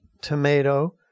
tomato